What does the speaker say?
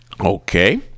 Okay